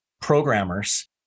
programmers